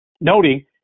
Noting